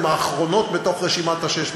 הן האחרונות מתוך רשימת ה-600.